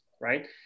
Right